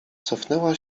cofnęła